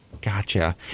Gotcha